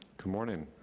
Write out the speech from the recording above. good morning,